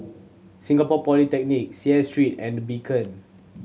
Singapore Polytechnic Seah Street and The Beacon